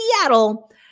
Seattle